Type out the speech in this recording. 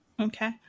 Okay